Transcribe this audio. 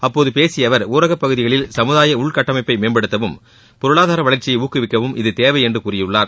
அப்போது பேசிய அவர் ஊரக பகுதிகளில் சமூதாய உள்கட்டமைப்பை மேம்படுத்தவும் பொருளாதார வளர்ச்சியை ஊக்குவிக்கவும் இது தேவை என்று கூறியுள்ளார்